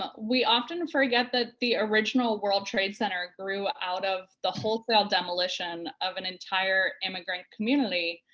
ah we often forget that the original world trade center grew out of the wholesale demolition of an entire immigrant community,